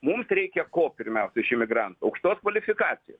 mums reikia ko pirmiausia iš imigrantų aukštos kvalifikacijos